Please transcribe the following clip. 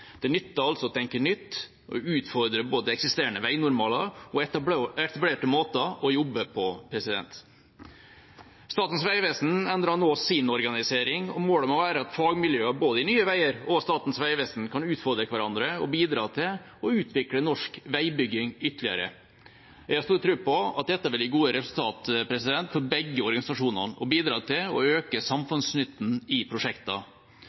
Det nytter altså å tenke nytt og utfordre både eksisterende veinormaler og etablerte måter å jobbe på. Statens vegvesen endrer nå sin organisering, og målet må være at fagmiljøer i både Nye Veier og Statens vegvesen kan utfordre hverandre og bidra til å utvikle norsk veibygging ytterligere. Jeg har stor tro på at dette vil gi gode resultater for begge organisasjonene og bidra til å øke samfunnsnytten i prosjekter.